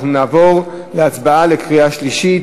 אנחנו נעבור לקריאה שלישית.